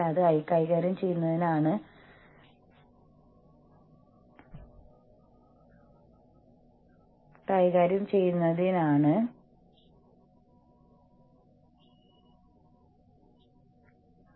അതിനാൽ ഇതിനെ യൂണിയൻ അടിച്ചമർത്തൽ തന്ത്രം എന്ന് വിളിക്കുന്നു